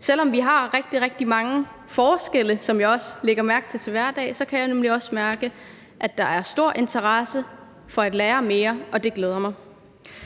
selv om vi har rigtig, rigtig mange forskelle i hverdagen, som jeg også lægger mærke til, kan jeg nemlig også mærke, at der er stor interesse for at lære mere, og det glæder mig.